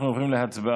אנחנו עוברים להצבעה